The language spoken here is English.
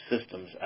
systems